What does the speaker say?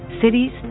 cities